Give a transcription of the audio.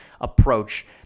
approach